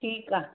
ठीकु आहे